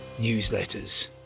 newsletters